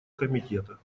комитета